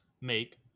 make